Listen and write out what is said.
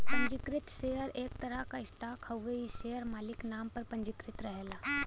पंजीकृत शेयर एक तरह क स्टॉक हउवे इ शेयर मालिक नाम पर पंजीकृत रहला